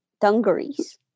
dungarees